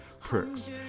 perks